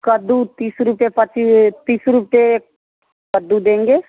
कद्दू तीस रुपये पची तीस रुपए कद्दू देंगे